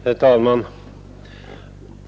Herr talman!